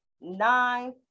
nine